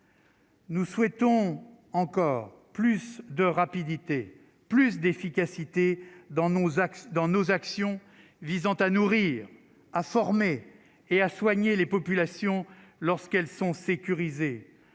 Nous souhaitons encore plus de rapidité, plus d'efficacité dans nos axes dans nos actions visant à nourrir à former et à soigner les populations lorsqu'elles sont sécurisées,